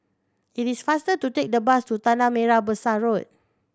it is faster to take the bus to Tanah Merah Besar Road